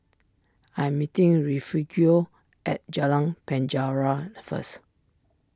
I am meeting Refugio at Jalan Penjara first